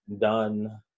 done